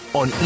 on